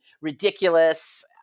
ridiculous